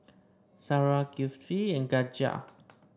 Sarah Kifli and Khatijah